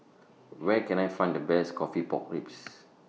Where Can I Find The Best Coffee Pork Ribs